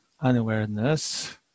unawareness